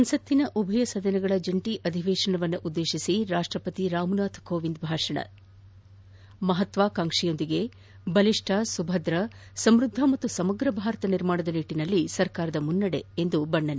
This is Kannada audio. ಸಂಸತ್ತಿನ ಉಭಯ ಸದನಗಳ ಜಂಟಿ ಅಧಿವೇಶನ ಉದ್ದೇಶಿಸಿ ರಾಷ್ಟ್ರಪತಿ ರಾಮನಾಥ್ ಕೋವಿಂದ್ ಭಾಷಣ ಮಹತ್ವಾಕಾಂಕ್ವೆಯೊಂದಿಗೆ ಬಲಿಷ್ಣ ಸುಭದ್ರ ಸಮ್ಬದ್ದ ಮತ್ತು ಸಮಗ್ರ ಭಾರತ ನಿರ್ಮಾಣದ ನಿಟ್ಟಿನಲ್ಲಿ ಸರ್ಕಾರದ ಮುನ್ನಡೆ ಎಂದು ಬಣ್ಣನೆ